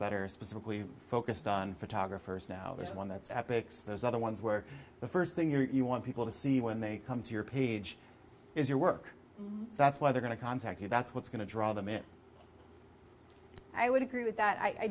are specifically focused on photographers now there's one that's epics there's other ones where the first thing your you want people to see when they come to your page is your work that's why they're going to contact you that's what's going to draw them in i would agree with that i